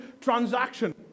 transaction